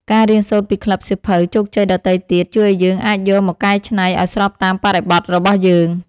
ការរៀនសូត្រពីក្លឹបសៀវភៅជោគជ័យដទៃទៀត ជួយឱ្យយើងអាចយកមកកែច្នៃឱ្យស្របតាមបរិបទរបស់យើង។